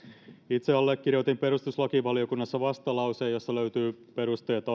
itse allekirjoitin perustuslakivaliokunnassa vastalauseen josta löytyy perusteet